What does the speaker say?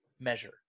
measure